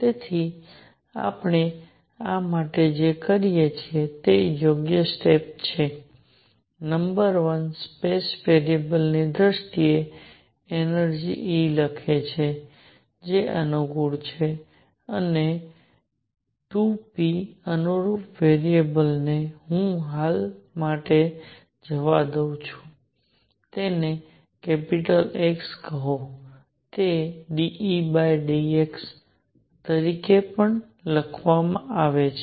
તેથી આપણે આ માટે જે કરીએ છીએ તે યોગ્ય સ્ટેપ છે નંબર વન સ્પેસ વેરિયેબલની દ્રષ્ટિએ એનર્જિ E લખે છે જે અનુકૂળ છે અને 2 p અનુરૂપ વેરીએબલ ને હું હાલ માટે જવા દવ છે તેને કેપિટલ X કહો તે ∂Ex તરીકે આપવામાં આવે છે